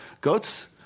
Goats